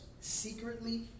secretly